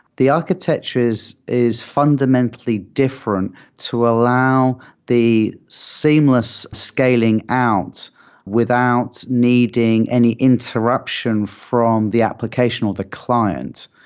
the architecture is is fundamentally different to allow the seamless scaling out without needing any interruption from the application of the client.